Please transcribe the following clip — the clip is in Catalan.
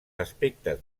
aspectes